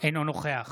אינו נוכח